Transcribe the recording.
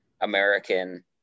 American